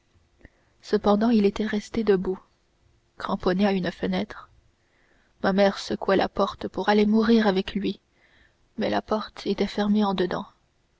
cependant il était resté debout cramponné à une fenêtre ma mère secouait la porte pour aller mourir avec lui mais la porte était fermée en dedans